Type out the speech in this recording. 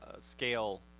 scale